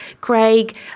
Craig